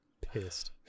pissed